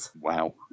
Wow